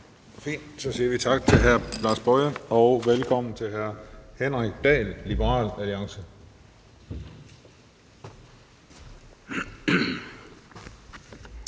fint, så siger vi tak til hr. Lars Boje Mathiesen og velkommen til hr. Henrik Dahl, Liberal Alliance.